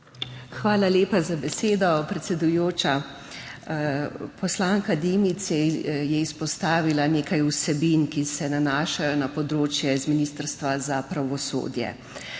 Hvala lepa za besedo, predsedujoča. Poslanka Dimic je izpostavila nekaj vsebin, ki se nanašajo na področje Ministrstva za pravosodje,